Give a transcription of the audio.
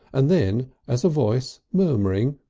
and then as a voice murmuring,